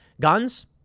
Guns